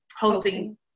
Hosting